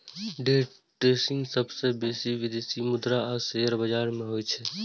day trading सबसं बेसी विदेशी मुद्रा आ शेयर बाजार मे होइ छै